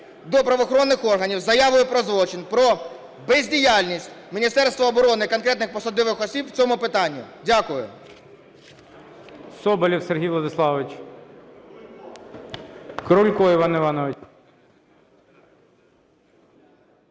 до правоохоронних органів з заявою про злочин, про бездіяльність Міністерства оборони, конкретних посадових осіб в цьому питанні. Дякую.